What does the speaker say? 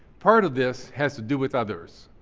part of this has to do with others.